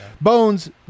Bones